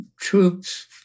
troops